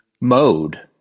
mode